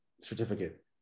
certificate